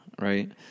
right